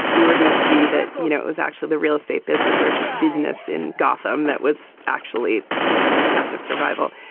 we were gonna see that, you know, it was actually the real estate business or just business in gotham that was actually, you know, the test of survival.